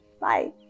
Bye